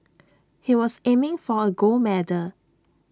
he was aiming for A gold medal